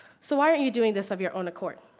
so why aren't you doing this of your own accord?